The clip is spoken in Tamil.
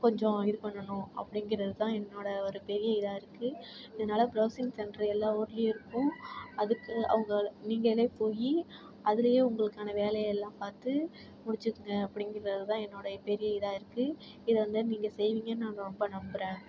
கொஞ்சம் இது பண்ணணும் அப்படிங்கிறதுதான் என்னோட ஒரு பெரிய இதாக இருக்குது இதனால் ப்ரௌசிங் சென்ட்ரு எல்லா ஊர்லயும் இருக்கும் அதுக்கு அவங்க நீங்களே போய் அதுலயே உங்களுக்கான வேலையெல்லாம் பார்த்து முடிச்சுக்குங்க அப்படிங்கிறது தான் என்னோடைய பெரிய இதாக இருக்குது இத வந்து நீங்கள் செய்வீங்கன்னு நான் ரொம்ப நம்புகிறேன்